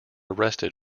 arrested